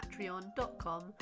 patreon.com